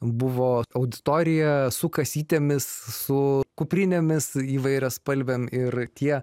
buvo auditorija su kasytėmis su kuprinėmis įvairiaspalvėm ir tie